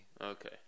Okay